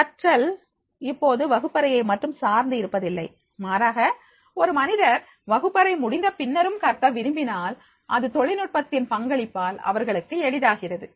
கற்றல் இப்போது வகுப்பறையை மட்டும் சார்ந்து இருப்பதில்லை மாறாக ஒரு மனிதர் வகுப்பறை முடிந்த பின்னரும் கற்க விரும்பினால் அது தொழில்நுட்பத்தின் பங்களிப்பால் அவர்களுக்கு எளிதாகிறது